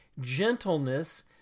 gentleness